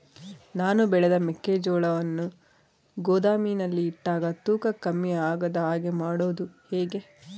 ನಾನು ಬೆಳೆದ ಮೆಕ್ಕಿಜೋಳವನ್ನು ಗೋದಾಮಿನಲ್ಲಿ ಇಟ್ಟಾಗ ತೂಕ ಕಮ್ಮಿ ಆಗದ ಹಾಗೆ ಮಾಡೋದು ಹೇಗೆ?